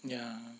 ya